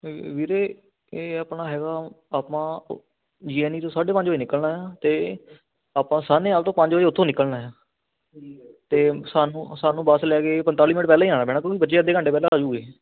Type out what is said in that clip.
ਵੀਰੇ ਇਹ ਆਪਣਾ ਹੈਗਾ ਆਪਾਂ ਜੀਐਨਈ ਤੋਂ ਆਪਾਂ ਸਾਢੇ ਪੰਜ ਵਜੇ ਨਿਕਲਣਾ ਅਤੇ ਆਪਾਂ ਸਾਹਨੇਵਾਲ ਤੋਂ ਪੰਜ ਵਜੇ ਉੱਥੋਂ ਨਿਕਲਣਾ ਅਤੇ ਸਾਨੂੰ ਸਾਨੂੰ ਬੱਸ ਲੈ ਗਏ ਪੰਤਾਲੀ ਮਿੰਟ ਪਹਿਲੇ ਆਉਣਾ ਪੈਣਾ ਕਿਉਂਕਿ ਬੱਚੇ ਅੱਧੇ ਘੰਟੇ ਪਹਿਲਾਂ ਆ ਜੂਗੇ